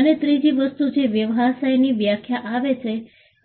અને ત્રીજી વસ્તુ જે વ્યવસાયની વ્યાખ્યામાં આવે છે